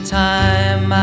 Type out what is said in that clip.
time